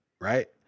Right